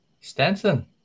Stenson